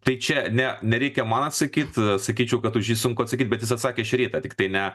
tai čia ne nereikia man atsakyt sakyčiau kad už jį sunku atsakyt bet jis atsakė šį rytą tiktai ne